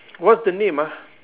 what's the name ah